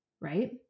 right